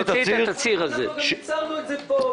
כבר הצהרנו על כך פה.